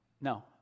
no